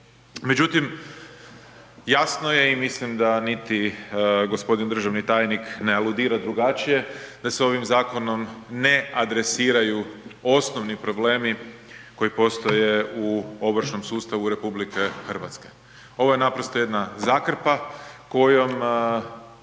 Međutim, jasno je i mislim da niti gospodin državni tajnik ne aludira drugačije da se ovim zakonom ne adresiraju osnovni problemi koji postoje u ovršnom sustavu RH. Ovo je naprosto jedna zakrpa kojom